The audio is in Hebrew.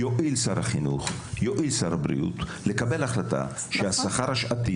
יואילו שר החינוך ושר הבריאות לקבל החלטה שהשכר השעתי